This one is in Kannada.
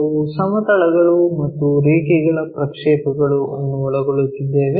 ನಾವು "ಸಮತಲಗಳು ಮತ್ತು ರೇಖೆಗಳ ಪ್ರಕ್ಷೇಪಗಳು" ಅನ್ನು ಒಳಗೊಳ್ಳುತ್ತಿದ್ದೇವೆ